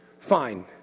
Fine